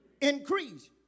Increase